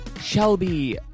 Shelby